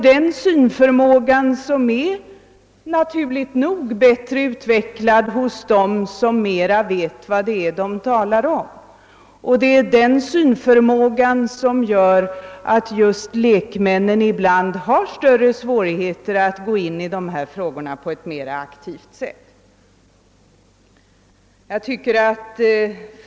Den synförmågan är kanhända, naturligt nog, bättre utvecklad hos fackrepresentanterna som vet mera om vad det är de talar om, och därför har lekmännen ibland större svårigheter att ta sig an dessa problem på ett mera aktivt sätt.